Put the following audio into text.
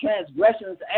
transgressions